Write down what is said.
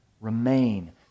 Remain